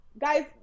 Guys